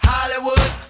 Hollywood